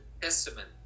testament